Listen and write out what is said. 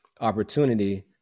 opportunity